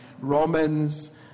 Romans